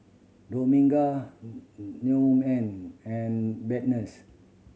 Dominga Newman and Barnett